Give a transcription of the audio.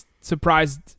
surprised